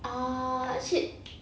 oh shit